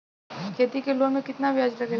खेती के लोन में कितना ब्याज लगेला?